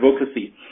advocacy